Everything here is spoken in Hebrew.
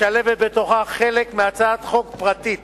משלבת בתוכה חלק מהצעת חוק פרטית